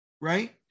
right